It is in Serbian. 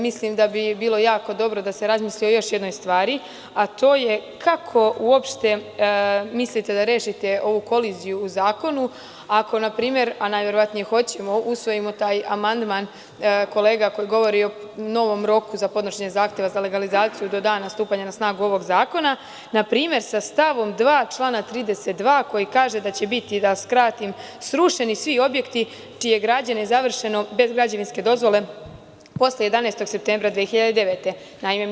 Mislim da bi bilo jako dobro da se razmisli o još jednoj stvari, a to je kako uopšte mislite da rešite ovu koliziju u zakonu ako npr, a verovatno hoćemo, da usvojimo taj amandman kolega koji govori o novom roku za podnošenje zahteva za legalizaciju od dana stupanja na snagu ovog zakona npr. sa stavom 2. člana 32 koji kaže da će biti srušeni svi objekti čija gradnja je završena bez građevinske dozvole posle 11. septembra 2009. godine.